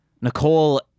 Nicole